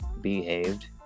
behaved